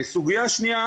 סוגיה שנייה,